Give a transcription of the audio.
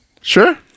Sure